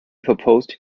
proposed